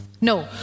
No